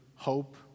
hope